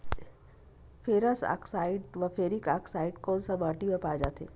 Ferrous oxide व ferric oxide कोन सा माटी म पाय जाथे?